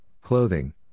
clothing